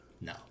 No